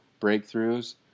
breakthroughs